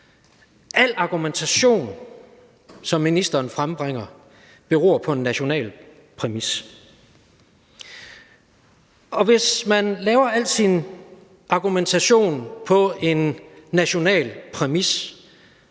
den argumentation, som ministeren frembringer, beror på en national præmis. Og hvis man bygger al sin argumentation på en national præmis